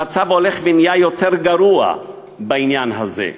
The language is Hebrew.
המצב הולך ונהיה יותר גרוע בעניין הזה.